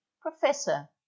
professor